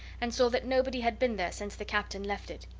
and saw that nobody had been there since the captain left it.